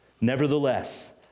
Nevertheless